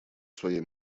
своей